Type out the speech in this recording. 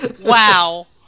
Wow